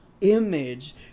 image